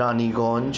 Raniganj